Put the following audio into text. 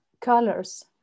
colors